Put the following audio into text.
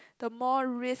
the more risk